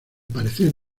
parecer